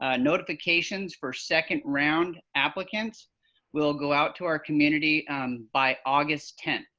ah notifications for second round applicants will go out to our community by august tenth.